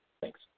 thanks